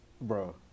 Bro